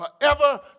forever